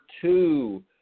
two